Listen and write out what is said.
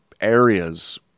areas